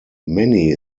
many